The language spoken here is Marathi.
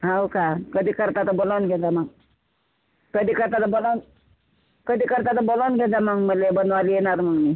हो का कधी करता तर बोलावून घेजा मग कधी करता तर बोलावून कधी करता तर बोलावून घेजा मग मला बनवायला येणार मग मी